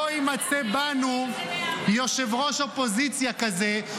לא יימצא בנו יושב-ראש אופוזיציה כזה.